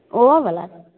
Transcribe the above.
ओहो बला